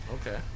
Okay